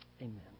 Amen